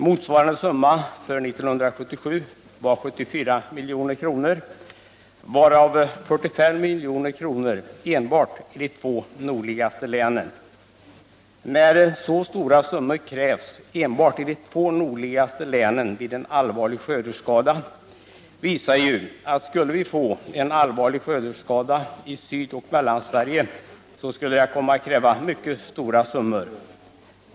Motsvarande summa för 1977 var 74 milj.kr., varav 45 milj.kr. enbart till de två nordligaste länen. När så stora summor krävs enbart i två län vid en allvarlig skördeskada visar det att om vi skulle få en allvarlig skördeskada också i Sydoch Mellansverige skulle det komma att krävas mycket stora summor.